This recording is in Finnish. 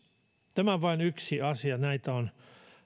tämä on vain yksi asia mutta näitä on